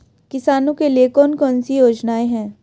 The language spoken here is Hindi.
किसानों के लिए कौन कौन सी योजनाएं हैं?